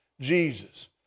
Jesus